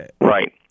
Right